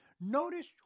Notice